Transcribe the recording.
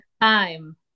time